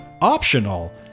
optional